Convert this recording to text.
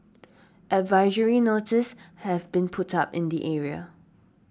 advisory notices have been put up in the area